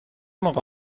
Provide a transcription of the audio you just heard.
موقع